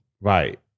Right